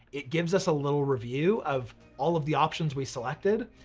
it gives us a little review of all of the options we selected.